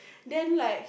then like